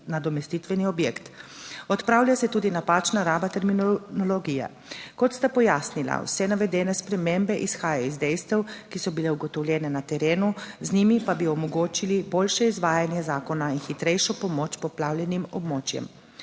nadomestitveni objekt. Odpravlja se tudi napačna raba terminologije. Kot sta pojasnila, vse navedene spremembe izhajajo iz dejstev, ki so bile ugotovljene na terenu, z njimi pa bi omogočili boljše izvajanje zakona in hitrejšo pomoč poplavljenim območjem.